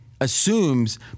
Assumes